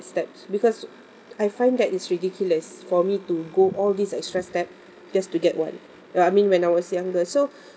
steps because I find that it's ridiculous for me to go all this extra step just to get one ya I mean when I was younger so